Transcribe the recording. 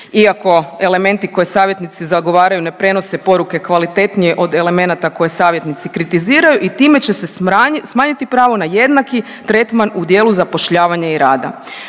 iako elementi koje savjetnici zagovaraju ne prenose poruke kvalitetnije od elemenata koje savjetnici kritiziraju i time će se smanjiti pravo na jednaki tretman u dijelu zapošljavanja i rada.